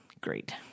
great